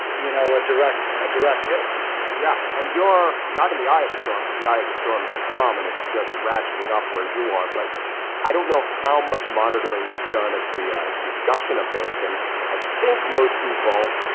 you know, a direct a direct hit yeah. and your not in the eye of the storm because the eye of the storm is the calm and it's just ratcheting up where you are. but i don't know how much monitoring you've done of the discussion of this. and i think most people,